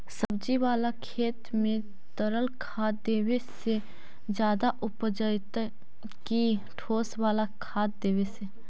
सब्जी बाला खेत में तरल खाद देवे से ज्यादा उपजतै कि ठोस वाला खाद देवे से?